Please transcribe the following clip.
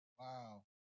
Wow